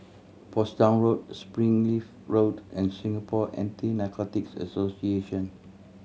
Portsdown Road Springleaf Road and Singapore Anti Narcotics Association